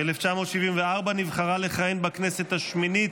ב-1974 נבחרה לכהן בכנסת השמינית,